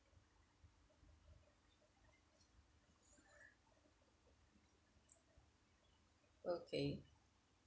okay